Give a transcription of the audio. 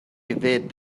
evade